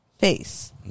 face